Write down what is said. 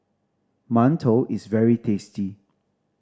mantou is very tasty